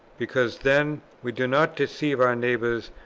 because then we do not deceive our neighbour,